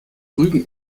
rügen